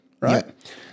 right